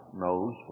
knows